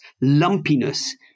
lumpiness